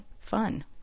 fun